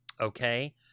Okay